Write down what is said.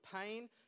pain